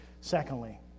secondly